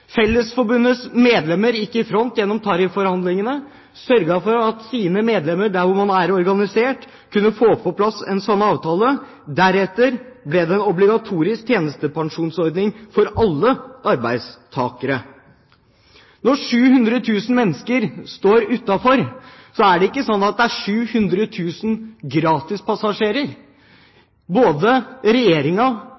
gikk i front i tarifforhandlingene og sørget for at deres medlemmer der hvor man er organisert, kunne få på plass en slik avtale. Deretter ble det en obligatorisk tjenestepensjonsordning for alle arbeidstakere. Når 700 000 mennesker står utenfor, er det ikke slik at det er 700 000 gratispassasjerer.